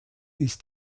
ist